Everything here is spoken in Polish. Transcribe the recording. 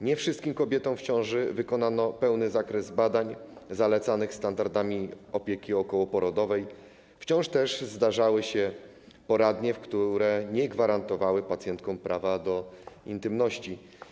Nie wszystkim kobietom w ciąży wykonano pełny zakres badań zalecanych standardami opieki okołoporodowej, wciąż też zdarzały się poradnie, które nie gwarantowały pacjentkom prawa do intymności.